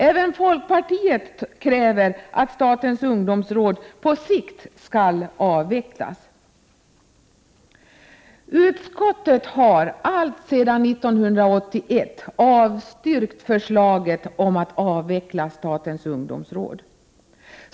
Även folkpartiet kräver att statens ungdomsråd på sikt skall avvecklas. Utskottet har alltsedan 1981 avstyrkt förslaget om att avveckla statens ungdomsråd.